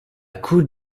could